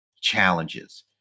challenges